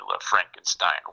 Frankenstein